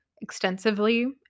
extensively